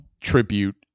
tribute